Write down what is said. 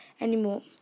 anymore